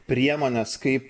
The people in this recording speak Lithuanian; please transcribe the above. priemones kaip